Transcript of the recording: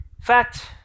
fact